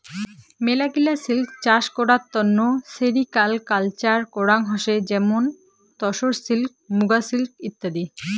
মেলাগিলা সিল্ক চাষ করার তন্ন সেরিকালকালচার করাঙ হসে যেমন তসর সিল্ক, মুগা সিল্ক ইত্যাদি